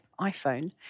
iPhone